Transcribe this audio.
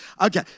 Okay